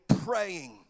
praying